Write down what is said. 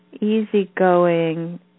easygoing